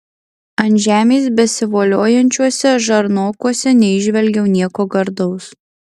ant žemės besivoliojančiuose žarnokuose neįžvelgiau nieko gardaus